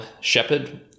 shepherd